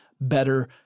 better